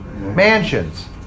mansions